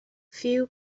few